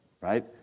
right